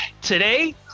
Today